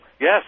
Yes